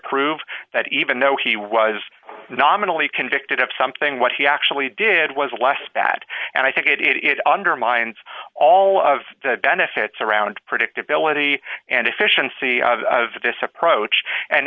prove that even though he was nominally convicted of something what he actually did was less bad and i think it undermines all of the benefits around predictability and efficiency of this approach and